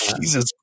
Jesus